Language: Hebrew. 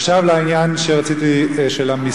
עכשיו לעניין של המסים.